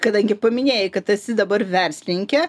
kadangi paminėjai kad esi dabar verslininkė